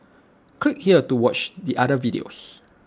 click here to watch the other videos